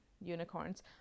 unicorns